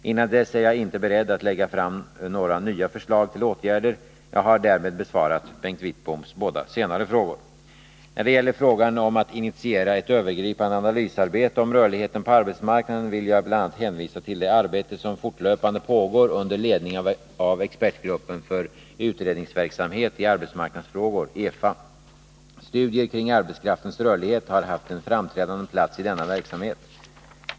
Innan dess är jag inte beredd att lägga fram några nya förslag till åtgärder. Jag har därmed besvarat Bengt Wittboms båda senare frågor. När det gäller frågan om att initiera ett övergripande analysarbete om rörligheten på arbetsmarknaden vill jag bl.a. hänvisa till det arbete som fortlöpande pågår under ledning av expertgruppen för utredningsverksamhet i arbetsmarknadsfrågor . Studier kring arbetskraftens rörlighet har haft en framträdande plats i denna verksamhet.